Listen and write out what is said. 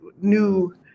new